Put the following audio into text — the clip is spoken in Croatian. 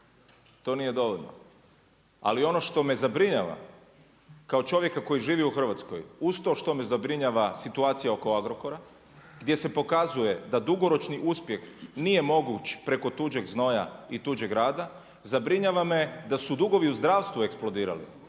To nije dovoljno. Ali ono što me zabrinjava kao čovjeka koji živi u Hrvatskoj, uz to što me zabrinjava situacija oko Agrokora gdje se pokazuje da dugoročni uspjeh nije moguć preko tuđeg znoja i tuđeg rada, zabrinjava me da su dugovi u zdravstvu eksplodirali